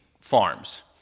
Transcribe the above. farms